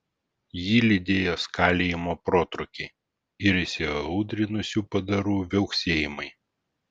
jį lydėjo skalijimo protrūkiai ir įsiaudrinusių padarų viauksėjimai